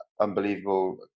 unbelievable